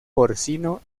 porcino